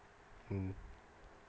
mmhmm